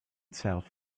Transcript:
itself